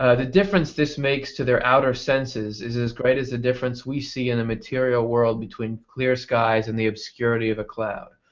ah the difference this makes to their outer sense is is as great as the difference we see in the material world between clear skies and the obscurity of a cloud,